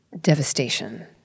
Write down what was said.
devastation